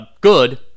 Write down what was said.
good